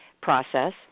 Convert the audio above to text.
process